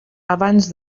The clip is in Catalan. abans